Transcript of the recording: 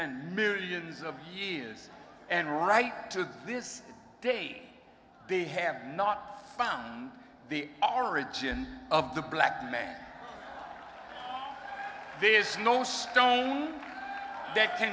and millions of years and right to this day they have not found the origin of the black man there is no stone that